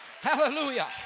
Hallelujah